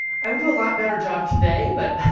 i would do a lot better job today. but